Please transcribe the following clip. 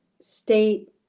state